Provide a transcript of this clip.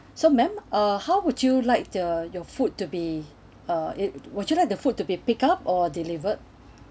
so madam uh how would you like to your food to be uh it would you like the food to be pick up or delivered